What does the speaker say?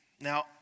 Now